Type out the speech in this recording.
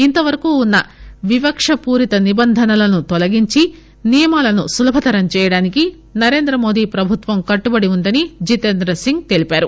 ఇంత వరకు ఉన్న వివక్ష పూరిత నిబంధనల్ని తొలగించి నియమాలను సులభతరం చేయడానికి నరేంద్ర మోదీ ప్రభుత్వం కట్టుబడి ఉందని జితేంద్ర సింగ్ తెలిపారు